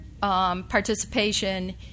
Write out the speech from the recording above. participation